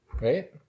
Right